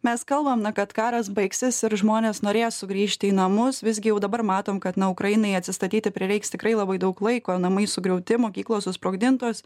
mes kalbam na kad karas baigsis ir žmonės norės sugrįžti į namus visgi jau dabar matom kad na ukrainai atsistatyti prireiks tikrai labai daug laiko namai sugriauti mokyklos susprogdintos